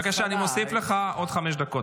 בבקשה, אני מוסיף לך עוד חמש דקות.